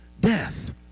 death